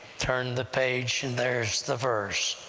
turn the page and there's the verse.